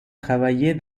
travailler